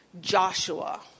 Joshua